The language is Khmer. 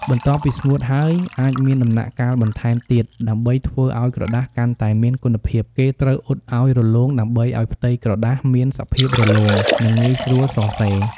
បន្ទាប់ពីស្ងួតហើយ អាចមានដំណាក់កាលបន្ថែមទៀតដើម្បីធ្វើឱ្យក្រដាសកាន់តែមានគុណភាព គេត្រូវអ៊ុតឲ្យរលោងដើម្បីឱ្យផ្ទៃក្រដាសមានសភាព រលោង និងងាយស្រួលសរសេរ។